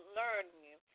learning